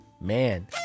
Man